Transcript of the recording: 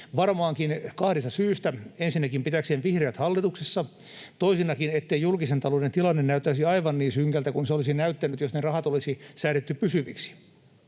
varmaankin kahdesta syystä: ensinnäkin pitääkseen vihreät hallituksessa, toisena siksi, ettei julkisen talouden tilanne näyttäisi aivan niin synkältä kuin se olisi näyttänyt, jos ne rahat olisi säädetty pysyviksi.